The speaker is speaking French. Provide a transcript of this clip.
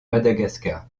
madagascar